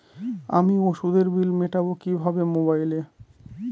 আমি ওষুধের বিল মেটাব কিভাবে মোবাইলে?